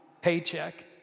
paycheck